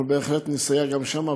אנחנו בהחלט נסייע גם שם,